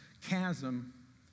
chasm